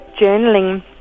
journaling